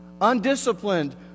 Undisciplined